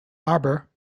arbor